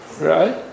right